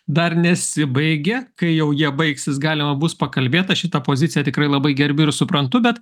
dar nesibaigė kai jau jie baigsis galima bus pakalbėt aš šitą poziciją tikrai labai gerbiu ir suprantu bet